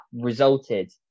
resulted